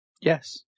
Yes